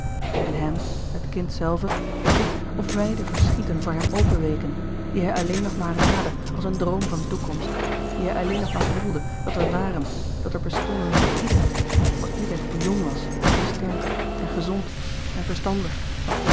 en hem het kind zelve was het of wijde verschieten voor hem openweken die hij alleen nog maar raadde als een droom van toekomst die hij alleen nog maar voelde dat er waren dat er bestonden voor ieder voor ieder die jong was en sterk en gezond en verstandig